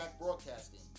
Broadcasting